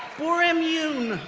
borim yoon,